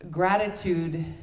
Gratitude